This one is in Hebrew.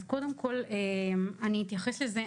אז קודם כל אני אתייחס לזה,